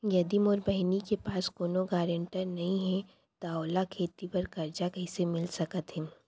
यदि मोर बहिनी के पास कोनो गरेंटेटर नई हे त ओला खेती बर कर्जा कईसे मिल सकत हे?